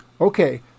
okay